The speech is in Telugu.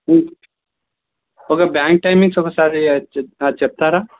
ఓకే బ్యాంక్ టైమింగ్స్ ఒకసారి అద్ చెప్తారా